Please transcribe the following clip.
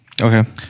Okay